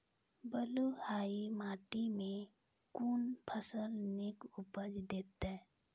बलूआही माटि मे कून फसल नीक उपज देतै?